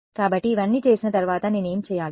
కాబట్టి ఇవన్నీ చేసిన తర్వాత నేను ఏమి చేయాలి